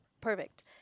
Perfect